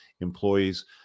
employees